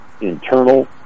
internal